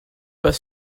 pas